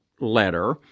letter